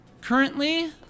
currently